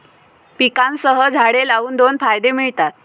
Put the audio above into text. पिकांसह झाडे लावून दोन फायदे मिळतात